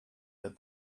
that